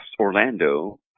Orlando